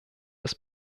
das